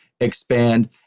expand